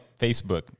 Facebook